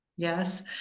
Yes